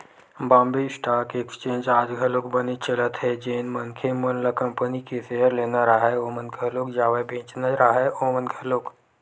Bombay stock exchange आज घलोक बनेच चलत हे जेन मनखे मन ल कंपनी के सेयर लेना राहय ओमन घलोक जावय बेंचना राहय ओमन घलोक